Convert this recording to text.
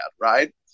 right